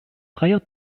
freier